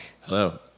Hello